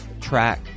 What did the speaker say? track